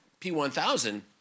P1000